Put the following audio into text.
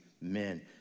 men